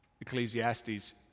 Ecclesiastes